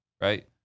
right